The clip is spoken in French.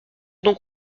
donc